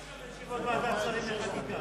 אתה הבאת לישיבות ועדת השרים לחקיקה